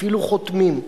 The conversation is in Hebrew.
אפילו חותמים.